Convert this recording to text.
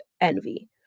envy